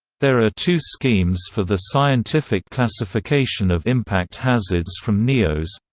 there are two schemes for the scientific classification of impact hazards from neos